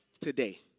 today